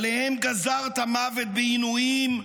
שעליהם גזרת מוות בעינויים,